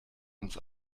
uns